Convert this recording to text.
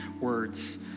words